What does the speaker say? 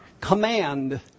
command